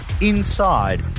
inside